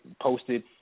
posted